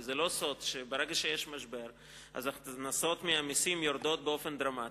זה לא סוד שברגע שיש משבר ההכנסות ממסים יורדות באופן דרמטי.